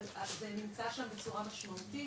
אבל זה נמצא שם בצורה משמעותית.